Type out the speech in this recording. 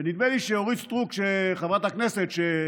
ונדמה לי שחברת הכנסת אורית סטרוק,